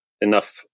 enough